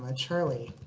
ah charlie.